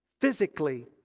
Physically